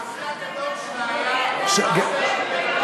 אבל המעשה הגדול שלה היה מעשה של בין אדם לחברו.